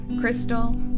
Crystal